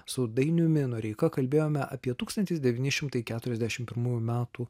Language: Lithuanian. su dainiumi noreika kalbėjome apie tūkstantis devyni šimtai keturiasdešimt pirmųjų metų